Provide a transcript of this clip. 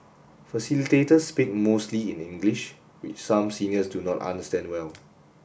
facilitators speak mostly in English which some seniors do not understand well